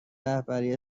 رهبری